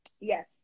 Yes